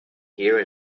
here